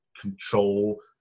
control